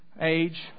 age